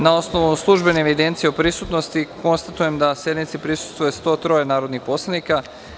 Na osnovu službene evidencije o prisutnosti narodnih poslanika, konstatujem da sednici prisustvuje 103 narodna poslanika.